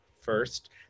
first